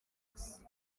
kose